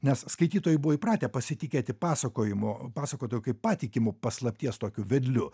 nes skaitytojai buvo įpratę pasitikėti pasakojimo pasakotoju kaip patikimu paslapties tokiu vedliu